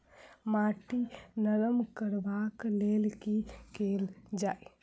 माटि नरम करबाक लेल की केल जाय?